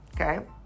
Okay